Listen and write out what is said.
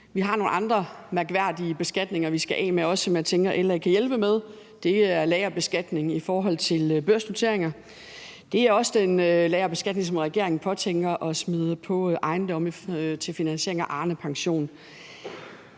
Vi har nogle andre mærkværdige beskatninger, vi også skal af med, og som jeg tænker at LA kan hjælpe med. Det er lagerbeskatning i forhold til børsnoteringer, og det er også den lagerbeskatning, som regeringen påtænker at smide på ejendomme til finansiering af Arnepensionen.